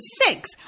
six